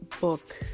book